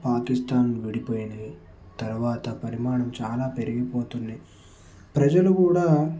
పాకిస్తాన్ విడిపోయినాయి తర్వాత పరిమాణం చాలా పెరిగిపోతుంది ప్రజలు కూడా